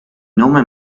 nome